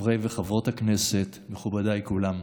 חברי וחברות הכנסת, מכובדיי כולם,